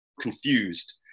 confused